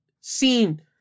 seen